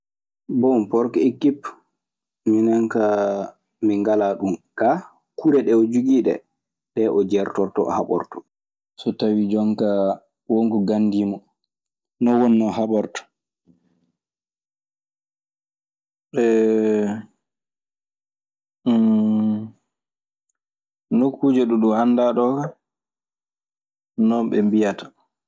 Bon, porcekip, minen kaa min ngalaa ɗun kaa, kure ɗe o jogii ɗee-ɗee o jeertortoo, o haɓortoo. So tawii jon kaa wonko ganndiimo non woni no haɓortoo. Nokkuuje ɗo ɗun anndaa ɗoo ka, non ɓe mbiyata.